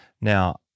Now